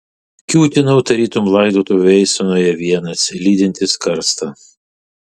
kiūtinau tarytum laidotuvių eisenoje vienas lydintis karstą